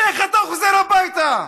איך אתה חוזר הביתה?